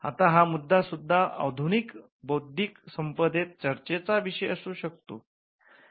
आता हा मुद्दा सुद्धा आधुनिक बौद्धिक संपदेत चर्चेचा विषय असू शकतो